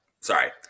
Sorry